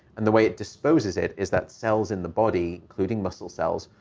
and the way it disposes it is that cells in the body, including muscle cells,